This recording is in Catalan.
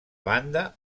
banda